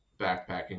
backpacking